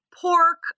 pork